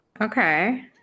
Okay